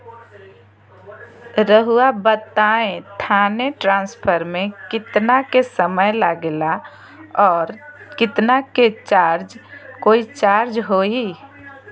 रहुआ बताएं थाने ट्रांसफर में कितना के समय लेगेला और कितना के चार्ज कोई चार्ज होई?